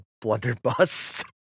blunderbuss